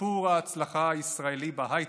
בסיפור ההצלחה הישראלי בהייטק,